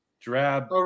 drab